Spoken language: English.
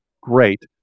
great